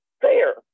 fair